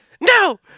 No